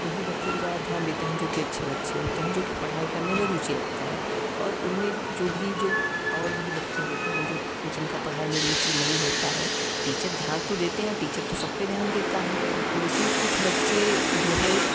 उन्हीं बच्चों को ज़्यादा ध्यान देते हैं जो कि अच्छे बच्चे होते हैं जो कि पढ़ाई करने में रुचि रखते हैं और उनमें जो भी जो और भी बच्चे होते हैं जो कि जिनका पढ़ाई में रुचि नहीं होता है टीचर ध्यान तो देते है टीचर तो सब पर ध्यान देता है लेकिन कुछ बच्चे जो हैं